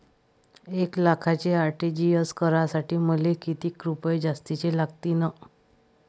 एक लाखाचे आर.टी.जी.एस करासाठी मले कितीक रुपये जास्तीचे लागतीनं?